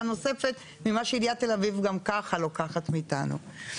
נוספת ממה שעיריית תל אביב גם ככה לוקחת מאיתנו.